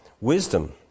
Wisdom